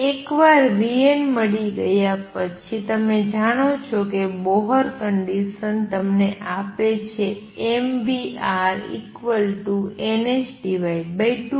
એકવાર vn મળી ગયા પછી તમે જાણો છો કે બોહર કંડિસન તમને આપે છે mvrnh2π